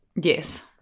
Yes